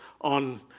On